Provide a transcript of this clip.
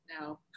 No